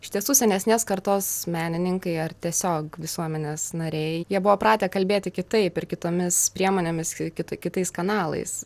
iš tiesų senesnės kartos menininkai ar tiesiog visuomenės nariai jie buvo pratę kalbėti kitaip ir kitomis priemonėmis ki kitais kanalais